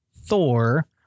Thor